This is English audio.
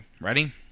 Ready